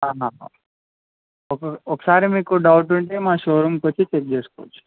ఒకసా ఒకసారి మీకు డౌట్ ఉంటే మా షో రూమ్కి వచ్చి చెక్ చేసుకోవచ్చు